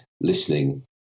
listening